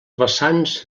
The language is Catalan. vessants